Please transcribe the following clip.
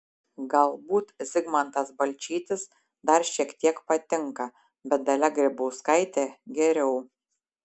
galbūt zigmantas balčytis dar šiek tiek patinka bet dalia grybauskaitė geriau